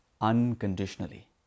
unconditionally